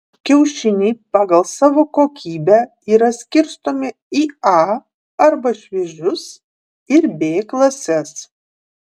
kiaušiniai pagal savo kokybę yra skirstomi į a arba šviežius ir b klases